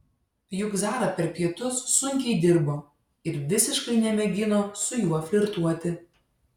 juk zara per pietus sunkiai dirbo ir visiškai nemėgino su juo flirtuoti